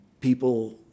people